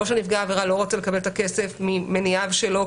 יכול להיות שנפגע העבירה לא רוצה לקבל את הכסף ממניעיו שלו,